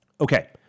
Okay